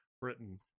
britain